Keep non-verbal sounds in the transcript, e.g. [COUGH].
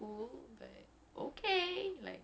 !huh! [LAUGHS]